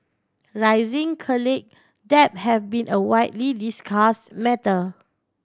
rising college debt have been a widely discuss matter